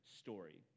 story